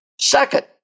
Second